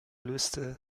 löste